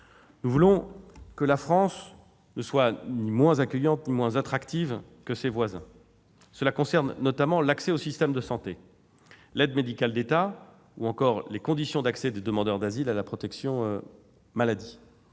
Nous voulons que la France ne soit ni moins accueillante ni moins attractive que ses voisins. Cela concerne notamment l'accès au système de santé : l'aide médicale de l'État, ou encore les conditions d'accès des demandeurs d'asile à la protection maladie.